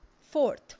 Fourth